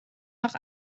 noch